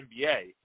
NBA